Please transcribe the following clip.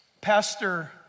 Pastor